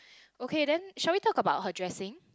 okay then shall we talk about her dressing